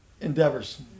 endeavors